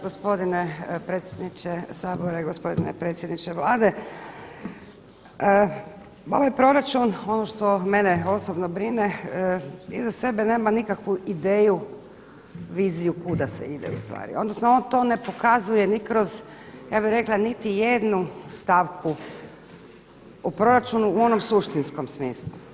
Gospodine predsjedniče Sabor i gospodine predsjedniče Vlade ovaj proračun, ono što mene osobno brine iza sebe nema nikakvu ideju viziju kuda se ide ustvari, odnosno on to ne pokazuje ni kroz ja bih rekla niti jednu stavku u proračunu u onom suštinskom smislu.